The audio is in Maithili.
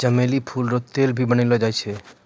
चमेली फूल रो तेल भी बनैलो जाय छै